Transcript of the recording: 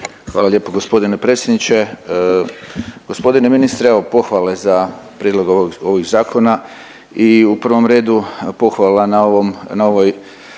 Hvala lijepo gospodine predsjedniče. Gospodine ministre evo pohvale za prijedlog ovog, ovih zakona i u prvom redu pohvala na ovom,